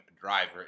driver